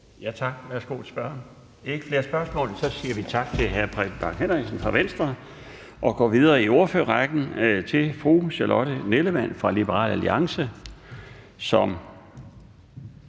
Laustsen): Der er ikke flere spørgsmål, så vi siger tak til hr. Preben Bang Henriksen fra Venstre og går videre i ordførerrækken til fru Charlotte Nellemann fra Liberal Alliance.